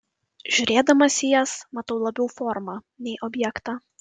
žiūrėdamas į jas matau labiau formą nei objektą